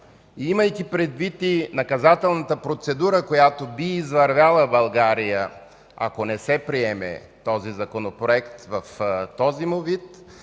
Имайки предвид и наказателната процедура, която би извървяла България, ако не се приеме този Законопроект в този му вид,